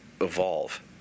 evolve